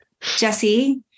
Jesse